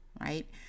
right